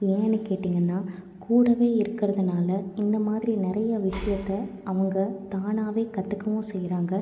ஏன்னு கேட்டிங்கனா கூடவே இருக்கிறதுனால இந்த மாதிரி நிறையா விஷயத்த அவங்க தானாகவே கற்றுக்கவும் செய்கிறாங்க